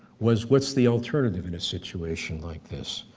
was what's the alternative in a situation like this?